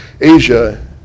asia